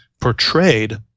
portrayed